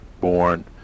born